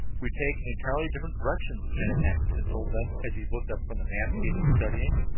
we take an entirely different direction, lieutenant mackinson told them, as he looked up from the map he had been studying.